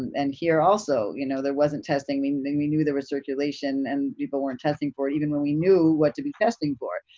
and here also, you know, there wasn't testing. i mean they knew there was circulation and people weren't testing for it even when we knew what to be testing for.